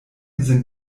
sind